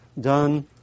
done